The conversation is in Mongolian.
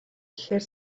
гэхэд